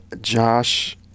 Josh